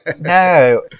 No